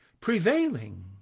prevailing